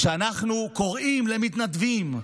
כשאנחנו קוראים למתנדבים,